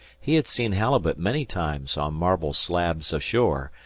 he had seen halibut many times on marble slabs ashore,